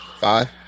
Five